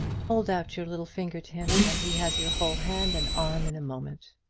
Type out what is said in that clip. hold out your little finger to him, and he has your whole hand and arm in a moment.